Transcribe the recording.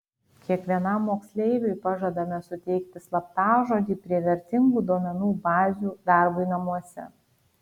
kiekvienam moksleiviui pažadame suteikti slaptažodį prie vertingų duomenų bazių darbui namuose